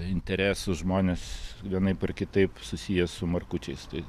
interesų žmonės vienaip ar kitaip susiję su markučiais tai